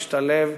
ישתלב,